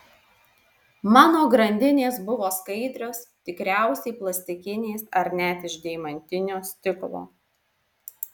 mano grandinės buvo skaidrios tikriausiai plastikinės ar net iš deimantinio stiklo